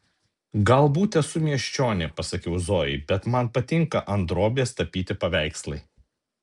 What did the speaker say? galbūt esu miesčionė pasakiau zojai bet man patinka ant drobės tapyti paveikslai